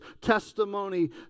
testimony